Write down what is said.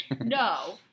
No